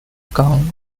gun